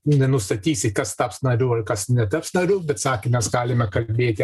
nenustatysi kas taps nariu kas netaps nariu bet sakė mes galime kalbėti